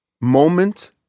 moment